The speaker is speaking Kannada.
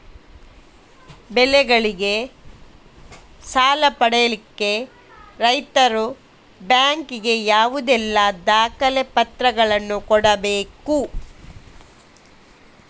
ಬೆಳೆಗಳಿಗೆ ಸಾಲ ಪಡಿಲಿಕ್ಕೆ ರೈತರು ಬ್ಯಾಂಕ್ ಗೆ ಯಾವುದೆಲ್ಲ ದಾಖಲೆಪತ್ರಗಳನ್ನು ಕೊಡ್ಬೇಕು?